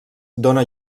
dóna